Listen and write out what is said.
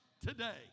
today